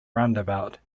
roundabout